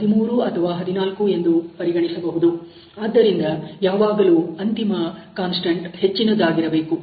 ಆದ್ದರಿಂದ ಯಾವಾಗಲೂ ಅಂತಿಮ ಕಾನ್ಸ್ಟೆಂಟ್ ಹೆಚ್ಚಿನದ್ದಾಗಿರಬೇಕು